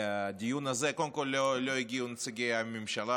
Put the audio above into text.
לדיון הזה קודם כול לא הגיעו נציגי הממשלה,